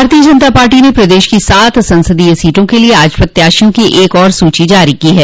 भारतीय जनता पार्टी ने प्रदेश की सात संसदीय सीटों के लिये आज प्रत्याशियों की एक और सूची जारी की है